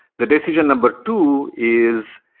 the decision number two is,